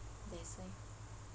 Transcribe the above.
this sem